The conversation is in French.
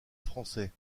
français